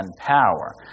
power